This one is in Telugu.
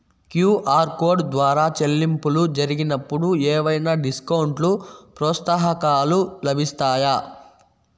క్యు.ఆర్ కోడ్ ద్వారా చెల్లింపులు జరిగినప్పుడు ఏవైనా డిస్కౌంట్ లు, ప్రోత్సాహకాలు లభిస్తాయా?